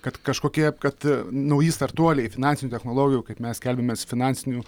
kad kažkokie kad nauji startuoliai finansinių technologijų kaip mes skelbiamės finansinių